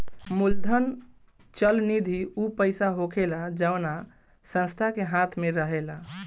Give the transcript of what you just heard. मूलधन चल निधि ऊ पईसा होखेला जवना संस्था के हाथ मे रहेला